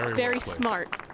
very smart.